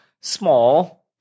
small